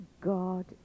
God